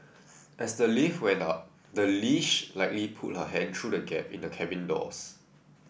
as the lift went up the leash likely pulled her hand through the gap in the cabin doors